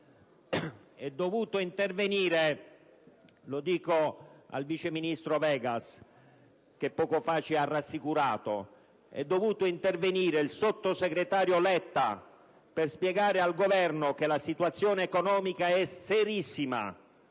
ci ha rassicurato - il sottosegretario Letta per spiegare al Governo che la situazione economica è serissima.